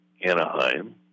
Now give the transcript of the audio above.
Anaheim